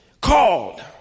Called